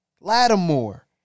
Lattimore